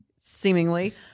seemingly